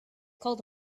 called